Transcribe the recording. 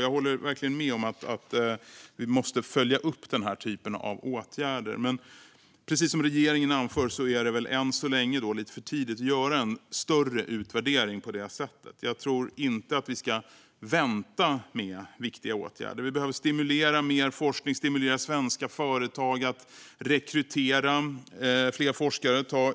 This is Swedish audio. Jag håller med om att vi måste följa upp den här typen av åtgärder, men precis som regeringen anför är det än så länge lite för tidigt att göra en större utvärdering. Jag tror inte att vi ska vänta med viktiga åtgärder. Vi behöver stimulera till mer forskning, och vi behöver stimulera svenska företag att rekrytera fler forskare och ta